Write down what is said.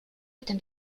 этом